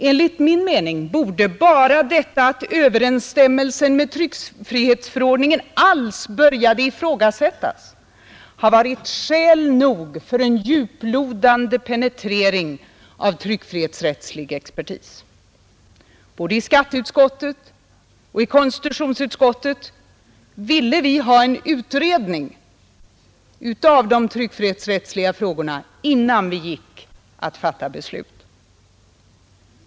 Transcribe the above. Enligt min mening borde bara detta att överensstämmelsen med tryckfrihetsförordningen alls började ifrågasättas ha varit skäl nog för en djuplodande penetrering av tryckfrihetsrättslig expertis. Både i skatteutskottet och i konstitutionsutskottet ville vi ha en utredning av de tryckfrihetsrättsliga frågorna innan vi gick att fatta beslut.